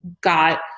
got